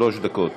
שלוש דקות.